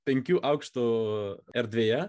penkių aukštų erdvėje